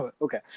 Okay